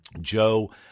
Joe